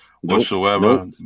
whatsoever